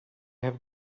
have